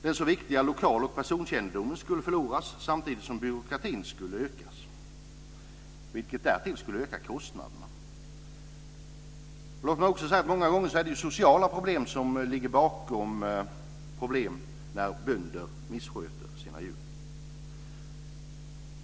Den så viktiga lokaloch personkännedomen skulle förloras, samtidigt som byråkratin skulle ökas, vilket därtill skulle höja kostnaderna. Låt mig också säga att det många gånger är sociala problem som ligger bakom att bönder missköter sina djur.